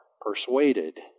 persuaded